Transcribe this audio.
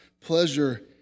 pleasure